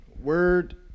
word